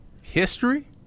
History